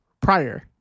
prior